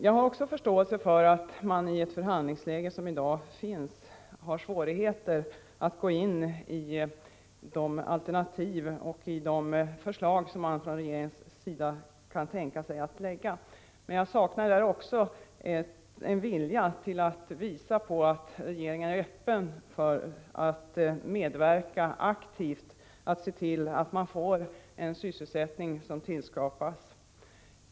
Jag har också förståelse för att regeringen, i det förhandlingsläge som i dag råder, har svårigheter att gå in på de alternativ och förslag som regeringen kan tänka sig att lägga fram, men jag saknar också där en vilja att visa på att regeringen är öppen för att medverka aktivt, att se till att det skapas sysselsättning.